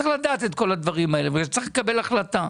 צריך לדעת את כל הדברים האלה כדי לקבל החלטה.